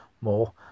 more